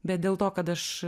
bet dėl to kad aš